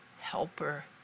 helper